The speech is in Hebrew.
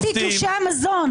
הזכרתי את תלושי המזון.